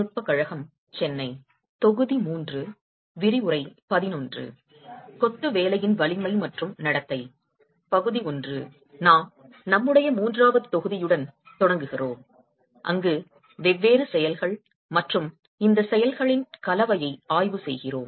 நாம் நம்முடைய மூன்றாவது தொகுதியுடன் தொடங்குகிறோம் அங்கு வெவ்வேறு செயல்கள் மற்றும் இந்த செயல்களின் கலவையை ஆய்வு செய்கிறோம்